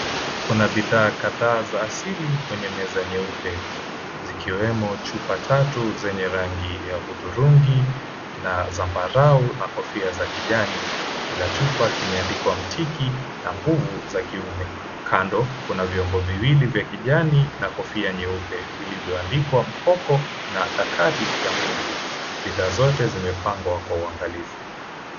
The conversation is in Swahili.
Kuna bidhaa kadhaa za asili kwenye meza nyeupe zikiwemo chupa tatu zenye rangi ya hudhurungi na zambarau na kofia za kijani. Kila chupa kimeandikwa, Mtiki na Nguvu za Kiume. Kando kuna vyombo viwili vya kijani na kofia nyeupe vilivyoandikwa, Mkoko na Chukari ya Nguvu. Bidhaa zote zimepangwa kwa uangalifu.